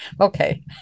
Okay